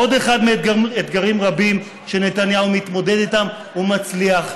עוד אחד מאתגרים רבים שנתניהו מתמודד איתם ומצליח,